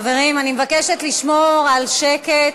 חברים, אני מבקשת לשמור על שקט.